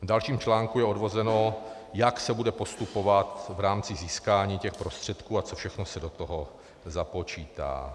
V dalším článku je odvozeno, jak se bude postupovat v rámci získání těch prostředků a co všechno se do toho započítá.